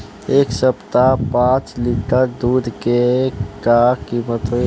एह सप्ताह पाँच लीटर दुध के का किमत ह?